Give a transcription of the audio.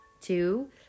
Two